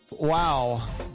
Wow